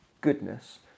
goodness